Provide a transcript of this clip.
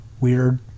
weird